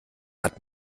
hat